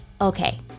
Okay